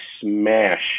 smash